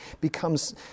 becomes